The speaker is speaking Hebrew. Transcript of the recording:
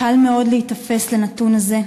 קל מאוד להיתפס לנתון הזה,